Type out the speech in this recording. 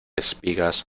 espigas